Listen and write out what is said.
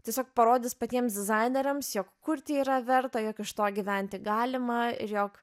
tiesiog parodys patiems dizaineriams jog kurti yra verta jog iš to gyventi galima ir jog